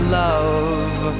love